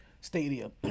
Stadium